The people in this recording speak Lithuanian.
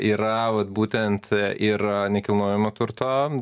yra vat būtent ir nekilnojamo turto